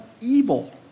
evil